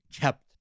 kept